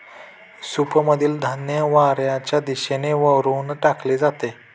सूपमधील धान्य वाऱ्याच्या दिशेने वरून टाकले जाते